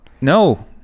no